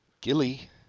Gilly